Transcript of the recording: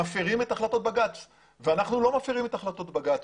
מפירים את החלטות בג"ץ ואנחנו לא מפירים את החלטות בג"ץ.